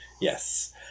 Yes